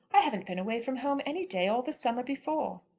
i haven't been away from home any day all the summer before.